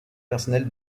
personnel